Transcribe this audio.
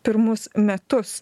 pirmus metus